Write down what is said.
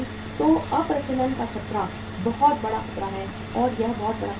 तो अप्रचलन का खतरा बहुत बड़ा खतरा है या यह बहुत बड़ा खतरा है